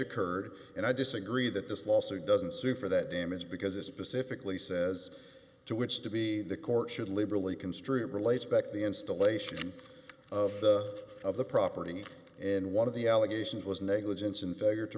occurred and i disagree that this lawsuit doesn't sue for that damage because it's pacifically says to which to be the court should liberally construed relates back to the installation of the of the property in one of the allegations was negligence and failure to